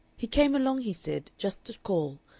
he came along, he said, just to call,